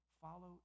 Follow